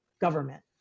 government